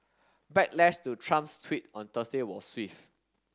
backlash to Trump's tweet on Thursday was swift